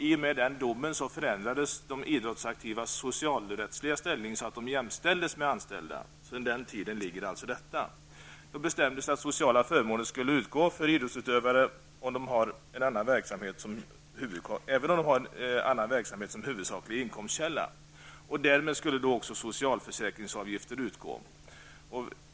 I och med den domen förändrades de idrottsaktivas socialrättsliga ställning så att de jämställdes med anställda. Då bestämdes att sociala förmåner skulle utgå för idrottsutövare, även om de har en annan verksamhet som huvudsaklig inkomst källa. Därmed skulle också socialavgifter utgå.